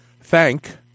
thank